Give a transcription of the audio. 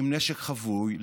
עם נשק חבוי,